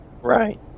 Right